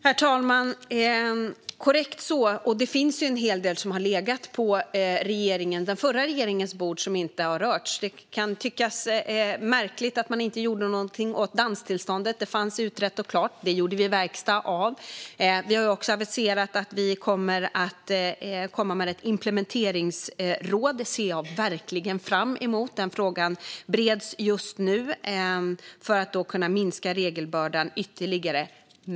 Herr talman! Korrekt så. Det finns ju en hel del som har legat på den förra regeringens bord som inte har rörts. Det kan tyckas märkligt att man inte gjorde någonting åt danstillståndet; detta fanns utrett och klart. Det gjorde vi verkstad av. Vi har också aviserat att vi kommer att komma med ett implementeringsråd - det ser jag verkligen fram emot. Denna fråga bereds just nu för att regelbördan ska kunna minskas ytterligare.